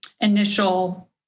initial